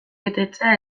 betetzea